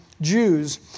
Jews